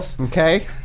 Okay